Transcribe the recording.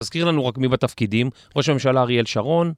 תזכיר לנו רק מי בתפקידים, ראש הממשלה אריאל שרון